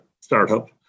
startup